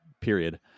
period